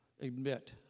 admit